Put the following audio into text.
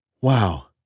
Wow